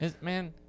Man